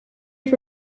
for